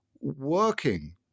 working